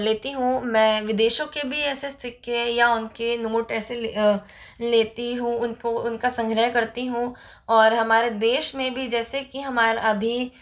लेती हूँ मैं विदेशों के भी ऐसे सिक्के या उनके नोट ऐसे ले लेती हूँ उनको उनका संग्रह करती हूँ और हमारे देश में भी जैसे कि हमारा अभी